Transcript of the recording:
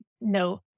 no